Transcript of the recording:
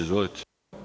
Izvolite.